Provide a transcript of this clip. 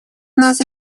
нас